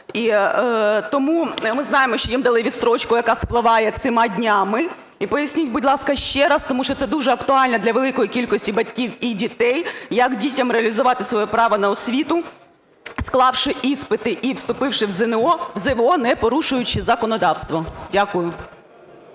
Ми знаємо, що їм дали відстрочку, яка спливає цими днями. І поясніть, будь ласка, ще раз, тому що це дуже актуально для великої кількості батьків і дітей, як дітям реалізувати своє право на освіту, склавши іспити і вступивши в ЗВО, не порушуючи законодавство. Дякую.